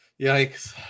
Yikes